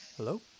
Hello